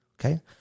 Okay